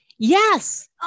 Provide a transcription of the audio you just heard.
Yes